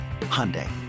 Hyundai